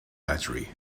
battery